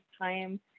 time